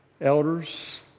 elders